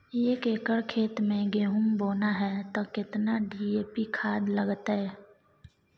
एक एकर खेत मे गहुम बोना है त केतना डी.ए.पी खाद लगतै?